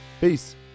Peace